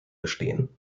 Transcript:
bestehen